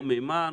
או מימן,